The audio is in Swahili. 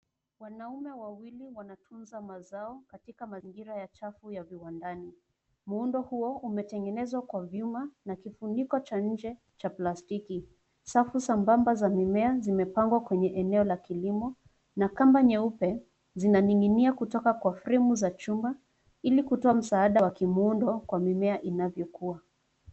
Wanaume wawili wanatunza mazao katika mazingira ya chafu ya viwandani. Muundo huo umetengenezwa kwa vyuma na kifuniko cha nje cha plastiki. Safu sambamba za mimea zimepangwa kwenye eneo la kilimo na kamba nyeupe zinaning'inia kutoka kwa fremu za chuma ili kutoa msaada wa muundo kwa mimea inayokua.